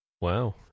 wow